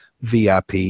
VIP